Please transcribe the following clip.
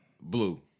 Blue